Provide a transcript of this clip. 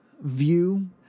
view